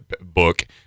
book